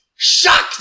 Shocked